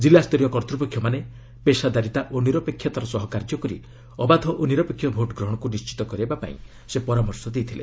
ଜିଲ୍ଲାସ୍ତରୀୟ କର୍ତ୍ତ୍ୱପକ୍ଷମାନେ ପେଶାଦାରିତା ଓ ନିରପେକ୍ଷତାର ସହ କାର୍ଯ୍ୟ କରି ଅବାଧ ଓ ନିରପେକ୍ଷ ଭୋଟ୍ଗ୍ରହଣକୁ ନିଶ୍ଚିତ କରାଇବା ପାଇଁ ସେ ପରାମର୍ଶ ଦେଇଥିଲେ